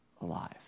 alive